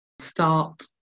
start